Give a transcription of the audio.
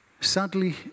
Sadly